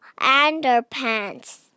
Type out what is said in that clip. underpants